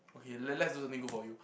okay let let's do something good for you